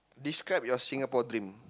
describe your Singapore dream